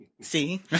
See